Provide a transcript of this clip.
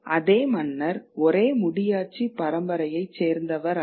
அதே மன்னர் ஒரே முடியாட்சி பரம்பரையைச் சேர்ந்தவர் அல்லர்